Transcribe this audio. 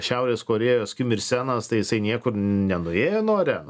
šiaurės korėjos kim ir senas tai jisai niekur nenuėjo nuo areno